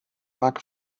back